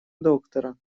доктора